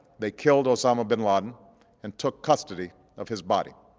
they killed osama bin laden and took custody of his body.